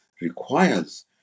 requires